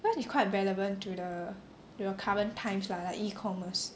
cause it's quite relevent to the to the current times lah like E-commerce